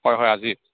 হয় হয় আজি